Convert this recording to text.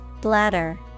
Bladder